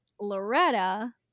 Loretta